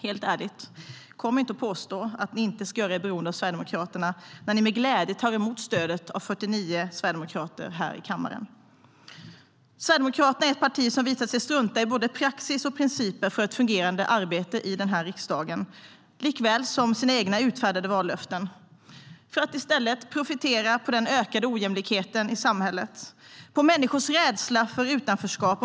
Helt ärligt - kom inte och påstå att ni inte ska göra er beroende av Sverigedemokraterna när ni med glädje tar emot stödet från 49 sverigedemokrater här i kammaren! Sverigedemokraterna visar sig vara ett parti som struntar både i praxis och principer för ett fungerande arbete i riksdagen och i sina egna utfärdade vallöften, för att i stället profitera på den ökade ojämlikheten i samhället och människors rädsla för utanförskap.